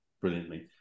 brilliantly